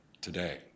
today